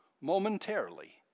momentarily